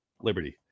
liberty